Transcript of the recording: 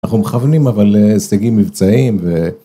אנחנו מכוונים אבל להישגים מבצעיים ו...